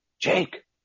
Jake